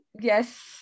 Yes